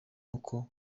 uko